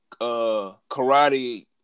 karate